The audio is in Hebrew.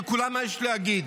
לכולם יש מה להגיד.